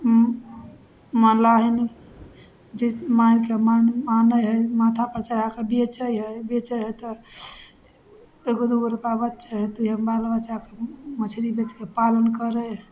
मलाहिन जिस माइके मान मानै हइ माथापर चढ़ाके बेचै हइ बेचै हइ तऽ एगो दुइगो रुपा बचै हइ तऽ बाल बच्चाके मछरी बेचिके पालन करै हइ